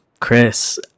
Chris